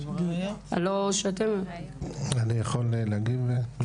אני יכול להגיב?